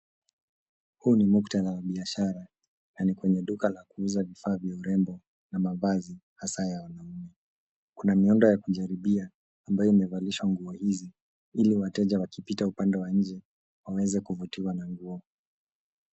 Huu ni muktadha wa biashara na ni kwenye duka la kuuza vifaa vya urembo na mavazi hasa ya wanawake. Kuna miundo ya kujaribia ambayo imevalishwa nguo hizi ili wateja wakipita upande wa nje waweze kuvutiwa na nguo.